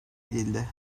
edildi